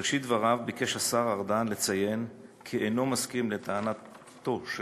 בראשית דבריו ביקש השר ארדן לציין כי אינו מסכים לטענתו של